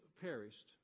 perished